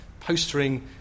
postering